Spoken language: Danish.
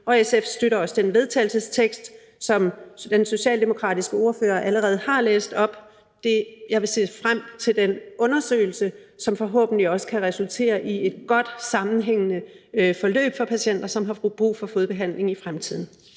Og SF støtter også den vedtagelsestekst, som den socialdemokratiske ordfører allerede har læst op. Jeg vil se frem til den undersøgelse, som forhåbentlig også kan resultere i et godt sammenhængende forløb for patienter, som har brug for fodbehandling i fremtiden.